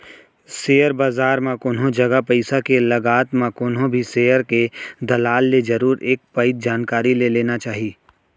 share बजार म कोनो जगा पइसा के लगात म कोनो भी सेयर के दलाल ले जरुर एक पइत जानकारी ले लेना चाही